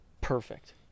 perfect